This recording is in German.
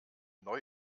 neu